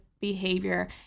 behavior